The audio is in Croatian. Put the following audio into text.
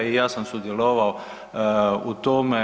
I ja sam sudjelovao u tome.